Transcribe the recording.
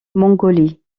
mongolie